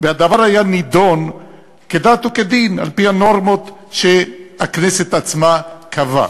והדבר היה נדון כדת וכדין על-פי הנורמות שהכנסת עצמה קבעה.